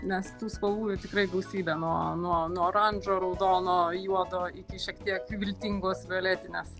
nes tų spalvų tikrai gausybė nuo nuo nuo oranžo raudono juodo iki šiek tiek viltingos violetinės